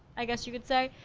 i guess you could say.